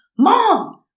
Mom